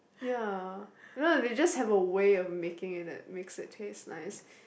ya no they just have a way of making it that makes it taste nice